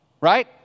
Right